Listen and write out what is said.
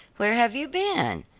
where have you been,